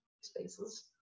spaces